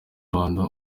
rwanda